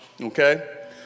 Okay